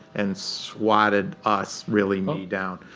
and swatted us, really, me, down.